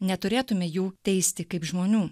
neturėtume jų teisti kaip žmonių